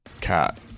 cat